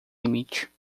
limite